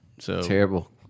Terrible